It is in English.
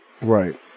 Right